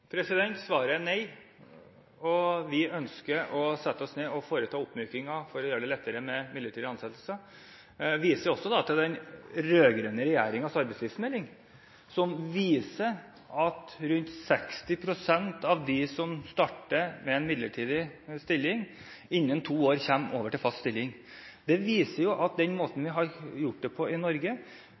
Svaret er nei. Vi ønsker å sette oss ned og foreta en oppmyking for å gjøre det lettere med midlertidige ansettelser. Jeg viser også til den rød-grønne regjeringens arbeidslivsmelding som viser at rundt 60 pst. av dem som starter med en midlertidig stilling, kommer over i fast stilling innen to år. Det viser at den måten vi har gjort det på i Norge,